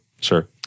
sure